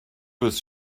was